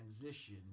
transition